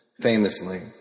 Famously